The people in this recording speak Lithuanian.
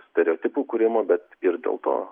stereotipų kūrimo bet ir dėl to